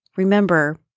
Remember